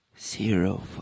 zero